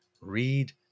read